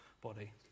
body